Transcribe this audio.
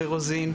ורוזין,